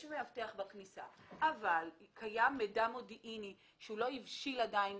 יש מאבטח בכניסה אבל קיים מידע מודיעיני שהוא לא הבשיל עדיין.